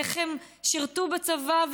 איך הם שירתו בצבא,